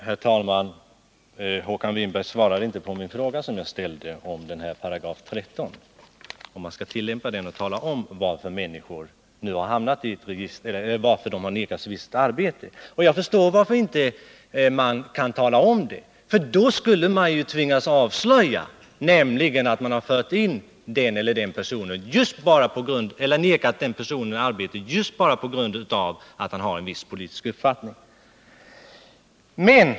Herr talman! Håkan Winberg svarade inte på min fråga om 13 §. Skall man tillämpa den och tala om varför människor har nekats visst arbete? Jag förstår varför man inte kan tala om det. Då skulle man ju tvingas avslöja att man har vägrat den eller den personen arbete just på grund av att han har en viss politisk uppfattning.